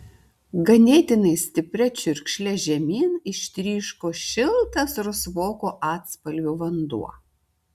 ganėtinai stipria čiurkšle žemyn ištryško šiltas rusvoko atspalvio vanduo